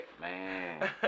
man